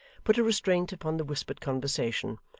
put a restraint upon the whispered conversation,